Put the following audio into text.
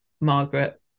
Margaret